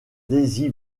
daisy